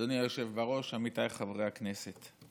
אדוני היושב בראש, עמיתיי חברי הכנסת,